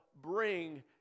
bring